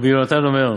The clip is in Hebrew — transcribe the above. רבי יונתן אומר,